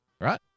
right